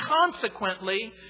consequently